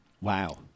Wow